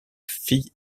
fille